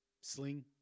sling